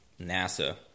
NASA